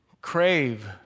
crave